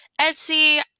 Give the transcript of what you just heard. Etsy